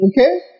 Okay